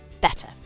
better